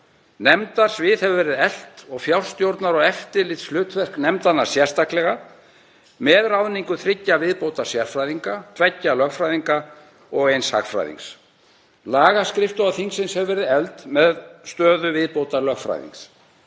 Nefndasvið hefur verið eflt og fjárstjórnar- og eftirlitshlutverk nefndanna sérstaklega með ráðningu þriggja viðbótarsérfræðinga, tveggja lögfræðinga og eins hagfræðings. Lagaskrifstofa þingsins hefur verið efld með stöðu viðbótarlögfræðings.